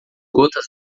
gotas